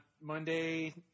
monday